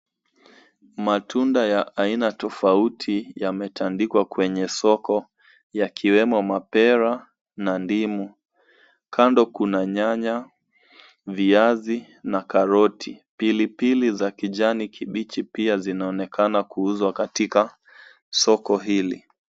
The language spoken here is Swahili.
Matunda ya aina tofauti yametandikwa kwenye soko yakiwemo mapera na ndimu. Kando viazi na karoti pilipili za kijani kibichi pia zinaonekana kuuzwa katika soko hili.